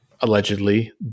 allegedly